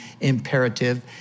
imperative